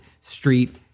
street